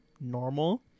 normal